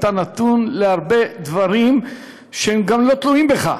אתה נתון להרבה דברים שלא תלויים בך,